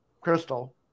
Crystal